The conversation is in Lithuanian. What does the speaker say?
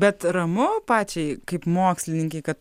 bet ramu pačiai kaip mokslininkei kad